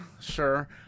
sure